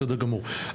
בסדר גמור.